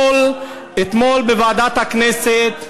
אתמול בוועדת הכנסת,